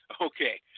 Okay